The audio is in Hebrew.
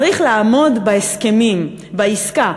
צריך לעמוד בהסכמים, בעסקה.